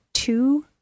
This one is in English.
two